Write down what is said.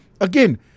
Again